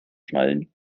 schnallen